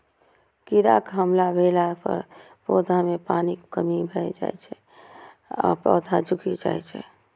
कीड़ाक हमला भेला पर पौधा मे पानिक कमी भए जाइ छै आ पौधा झुकि जाइ छै